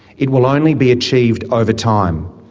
it will only be achieved over time,